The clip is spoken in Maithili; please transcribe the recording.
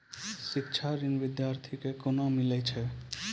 शिक्षा ऋण बिद्यार्थी के कोना मिलै छै?